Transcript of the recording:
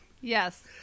Yes